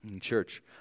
Church